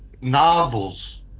novels